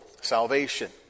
salvation